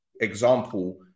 example